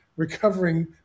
recovering